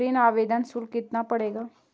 ऋण आवेदन शुल्क कितना पड़ेगा?